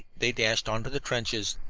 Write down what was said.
they dashed on to the trenches.